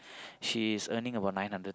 she is earning about nine hundred